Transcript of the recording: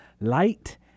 light